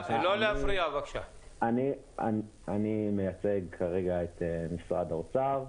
אני מייצג כרגע את משרד האוצר,